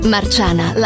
Marciana